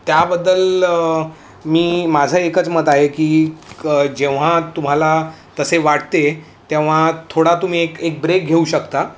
त्याबद्दल मी माझं एकच मत आहे की क जेव्हा तुम्हाला तसे वाटते तेव्हा थोडा तुम्ही एक एक ब्रेक घेऊ शकता